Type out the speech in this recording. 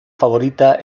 favorita